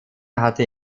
hatte